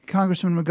Congressman